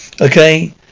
okay